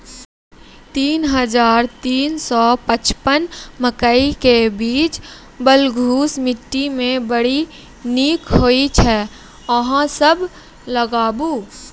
तीन हज़ार तीन सौ पचपन मकई के बीज बलधुस मिट्टी मे बड़ी निक होई छै अहाँ सब लगाबु?